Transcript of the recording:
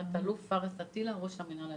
תת-אלוף פארס עטילה, ראש המינהל האזרחי.